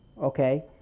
okay